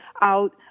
out